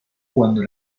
cuando